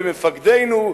במפקדינו,